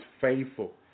faithful